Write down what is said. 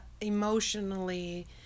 emotionally